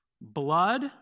Blood